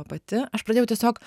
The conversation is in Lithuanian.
pati aš pradėjau tiesiog